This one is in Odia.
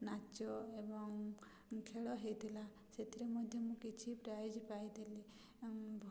ନାଚ ଏବଂ ଖେଳ ହେଇଥିଲା ସେଥିରେ ମଧ୍ୟ ମୁଁ କିଛି ପ୍ରାଇଜ୍ ପାଇଥିଲି